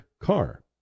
car